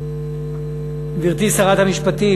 גברתי שרת המשפטים,